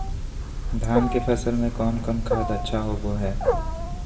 धान की फ़सल में कौन कौन खाद अच्छा होबो हाय?